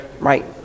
Right